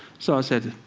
so i says,